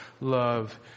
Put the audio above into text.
love